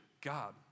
God